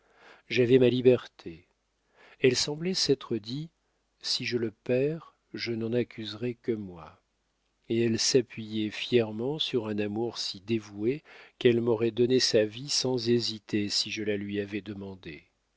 j'avais ma liberté elle semblait s'être dit si je le perds je n'en accuserai que moi et elle s'appuyait fièrement sur un amour si dévoué qu'elle m'aurait donné sa vie sans hésiter si je la lui avais demandée